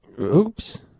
Oops